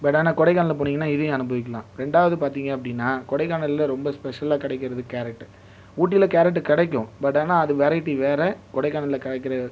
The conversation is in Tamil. பட் ஆனால் கொடைக்கானல் போனீங்கன்னா இதையும் அனுபவிக்கலாம் ரெண்டாவது பார்த்தீங்க அப்படின்னா கொடைக்கானலில் ரொம்ப ஸ்பெஷல்லாக கிடைக்குறது கேரட் ஊட்டியில் கேரட் கிடைக்கும் பட் ஆனால் அது வெரைட்டி வேறு கொடைக்கானலில் கிடைக்குற